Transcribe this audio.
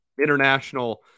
international